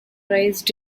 raised